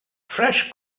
fresh